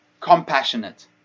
compassionate